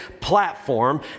platform